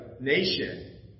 nation